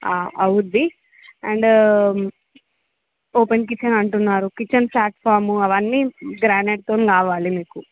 అవుద్ది and open kitchen అంటున్నారు kitchen platform అవన్నీ గ్రానైట్తోని కావాలి మీకు